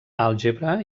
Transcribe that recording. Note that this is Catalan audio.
àlgebra